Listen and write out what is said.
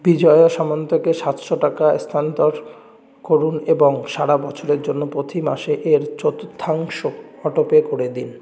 বিজয়া সামন্তকে সাতশো টাকা স্থানান্তর করুন এবং সারা বছরের জন্য প্রতি মাসে এর চতুর্থাংশ অটোপে করে দিন